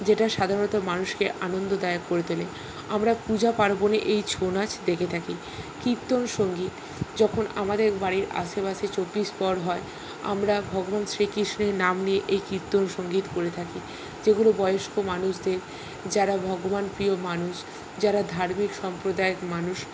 যেটা সাধারণত মানুষকে আনন্দদায়ক করে তোলে আমরা পূজা পার্বণে এই ছৌ নাচ দেখে থাকি কীর্তন সঙ্গীত যখন আমাদের বাড়ির আশেপাশে চব্বিশ প্রহর হয় আমরা ভগবান শ্রীকৃষ্ণের নাম নিয়ে এই কীর্তন সঙ্গীত করে থাকি যেগুলো বয়স্ক মানুষদের যারা ভগবান প্রিয় মানুষ যারা ধার্মিক সম্প্রদায়ের মানুষ